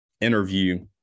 interview